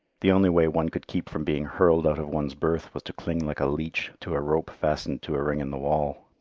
the only way one could keep from being hurled out of one's berth was to cling like a leech to a rope fastened to a ring in the wall,